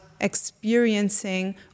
experiencing